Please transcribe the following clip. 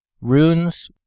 runes